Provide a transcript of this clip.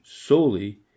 solely